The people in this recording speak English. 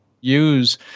use